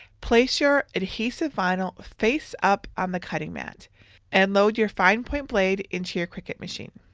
place your adhesive vinyl face up on the cutting mat and load your fine-point blade into your cricut machine.